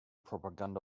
propaganda